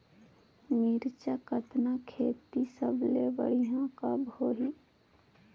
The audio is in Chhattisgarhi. मिरचा कतना खेती सबले बढ़िया कब होही?